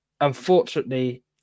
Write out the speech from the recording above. unfortunately